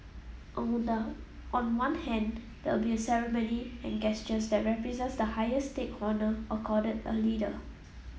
on the on one hand there will be a ceremony and gestures that represents the highest state honour accorded a leader